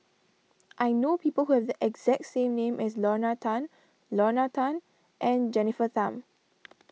I know people who have the exact same name as Lorna Tan Lorna Tan and Jennifer Tham